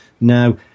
Now